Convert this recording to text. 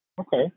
Okay